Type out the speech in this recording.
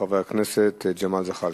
חבר הכנסת ג'מאל זחאלקה.